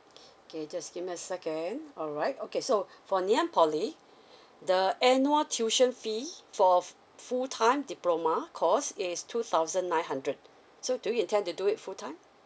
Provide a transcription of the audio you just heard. okay just give me a second alright okay so for niam poly the annual tuition fees for a f~ full time diploma cost is two thousand nine hundred so do you intent to do it full time